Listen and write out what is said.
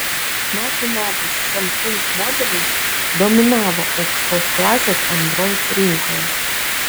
metų metais samsung modeliai dominavo aukštos klasės android rinkoje